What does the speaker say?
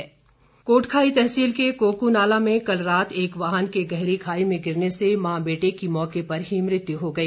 द्रर्घटना कोटखाई तहसील के कोकुनाला में कल रात एक वाहन के गहरी खाई में गिरने से मां बेटे की मौके पर ही मृत्यु हो गई